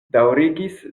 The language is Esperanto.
daŭrigis